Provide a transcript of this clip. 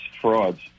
frauds